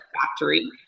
factory